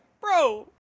bro